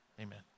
amen